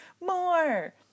More